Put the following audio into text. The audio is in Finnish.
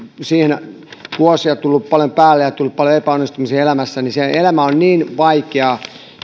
siihen vuosia tullut paljon päälle ja ja tullut paljon epäonnistumisia elämässä niin se elämä on niin vaikeaa